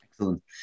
Excellent